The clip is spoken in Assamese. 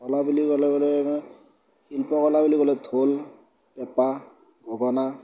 কলা বুলি ক'লে মানে শিল্প কলা বুলি ক'লে ঢোল পেপা গগনা